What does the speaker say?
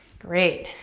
great.